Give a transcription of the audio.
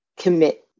commit